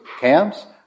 camps